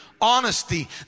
honesty